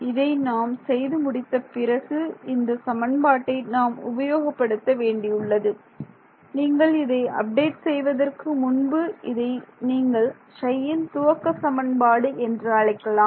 இதை நாம் செய்து முடித்த பிறகு இந்த சமன்பாட்டை நாம் உபயோகப்படுத்த வேண்டியுள்ளது நீங்கள் இதை அப்டேட் செய்வதற்கு முன்பு இதை நீங்கள் Ψயின் துவக்க சமன்பாடு என்று அழைக்கலாம்